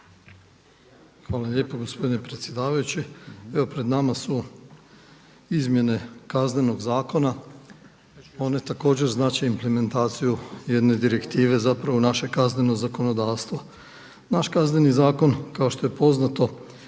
Hvala lijepa gospodine predsjedavajući. Evo pred nama su izmjene Kaznenog zakona. One također znače implementaciju jedne direktive zapravo u naše kazneno zakonodavstvo. Naš Kazneni zakon kao što je poznato